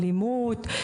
אלימות,